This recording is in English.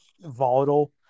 volatile